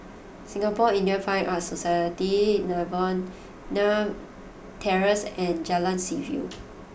Singapore Indian Fine Arts Society Novena Terrace and Jalan Seaview